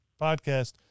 podcast